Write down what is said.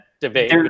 debate